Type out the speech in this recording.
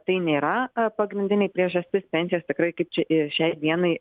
tai nėra pagrindinė priežastis pensijos tikrai kaip čia šiai dienai